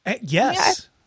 Yes